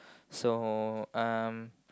so um